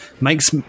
makes